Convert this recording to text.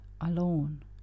alone